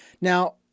Now